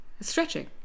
Stretching